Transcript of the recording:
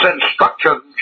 instructions